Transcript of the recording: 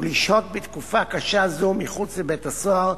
ולשהות בתקופה קשה זו מחוץ לבית-הסוהר,